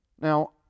Now